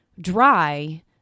dry